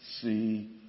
see